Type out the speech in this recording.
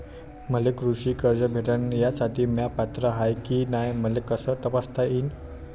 मले कृषी कर्ज भेटन यासाठी म्या पात्र हाय की नाय मले कस तपासता येईन?